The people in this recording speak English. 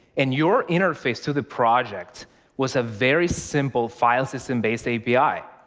and your interface to the project was a very simple file-system-based api,